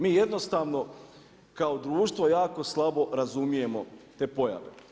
Mi jednostavno, kao društvo, jako slabo razumijemo te pojave.